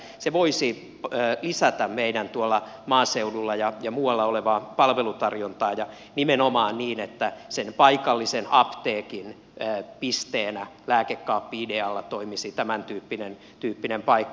se voisi lisätä meidän maaseudulla ja muualla olevaa palvelutarjontaa ja nimenomaan niin että sen paikallisen apteekin pisteenä lääkekaappi idealla toimisi tämäntyyppinen paikka